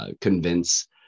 convince